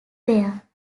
there